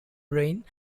brain